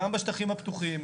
גם בשטחים הפתוחים,